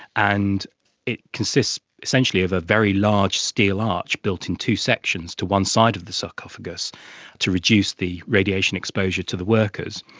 and it consists essentially essentially of a very large steel arch built in two sections to one side of the sarcophagus to reduce the radiation exposure to the workers,